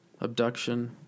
abduction